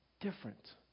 different